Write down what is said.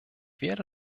werde